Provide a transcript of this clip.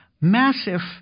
massive